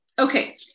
Okay